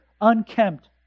unkempt